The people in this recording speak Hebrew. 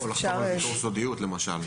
או לחתום על ויתור סודיות, למשל.